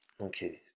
Okay